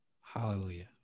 Hallelujah